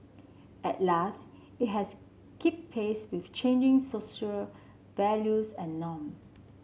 and last it has keep pace with changing social values and norm